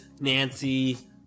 Nancy